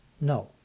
No